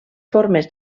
formes